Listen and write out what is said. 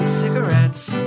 cigarettes